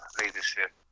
leadership